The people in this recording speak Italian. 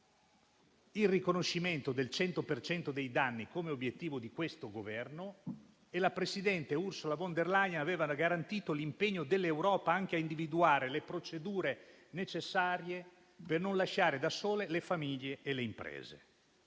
il riconoscimento del 100 per cento dei danni come obiettivo di questo Governo e la presidente Ursula von der Leyen aveva garantito l'impegno dell'Europa anche a individuare le procedure necessarie per non lasciare da sole le famiglie e le imprese.